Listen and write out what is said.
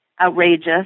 outrageous